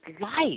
life